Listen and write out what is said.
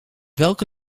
welke